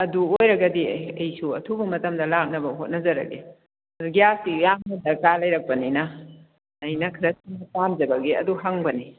ꯑꯗꯨ ꯑꯣꯏꯔꯒꯗꯤ ꯑꯩꯁꯨ ꯑꯊꯨꯕ ꯃꯇꯝꯗ ꯂꯥꯛꯅꯕ ꯍꯣꯠꯅꯖꯔꯒꯦ ꯑꯗꯨ ꯒꯦꯁꯇꯤ ꯌꯥꯝꯅ ꯗꯥꯔꯀ ꯂꯩꯔꯛꯄꯅꯤꯅ ꯑꯩꯅ ꯈꯔ ꯊꯨꯅ ꯄꯥꯝꯖꯕꯒꯤ ꯑꯗꯨ ꯍꯪꯕꯅꯤ